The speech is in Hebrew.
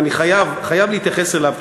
אני חייב להתייחס אליו,